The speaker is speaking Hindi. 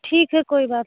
ठीक है कोई बात